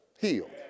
healed